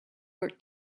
were